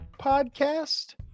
podcast